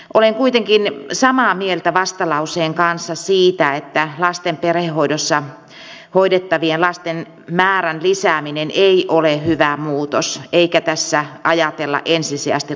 olen kuitenkin samaa mieltä vastalauseen kanssa siitä että lasten perhehoidossa hoidettavien lasten määrän lisääminen ei ole hyvä muutos eikä tässä ajatella ensisijaisesti lasten etua